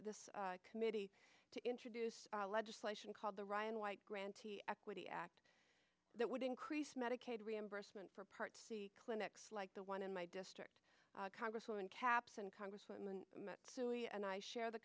this committee to introduce legislation called the ryan white grantee equity act that would increase medicaid reimbursement for parts clinics like the one in my district congresswoman caps and congressman matsui and i share the